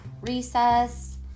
Recess